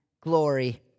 glory